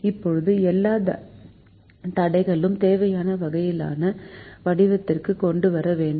இப்போது எல்லா தடைகளும் தேவையான வகையிலான வடிவத்திற்கு கொண்டு வர வேண்டும்